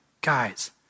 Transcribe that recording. guys